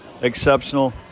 exceptional